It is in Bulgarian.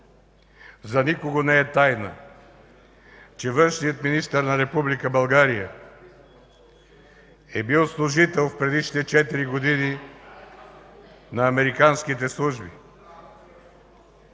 За никого не е тайна, че външният министър на Република България е бил служител предишни четири години на американските служби.